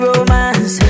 Romance